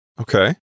Okay